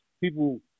people